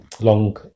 long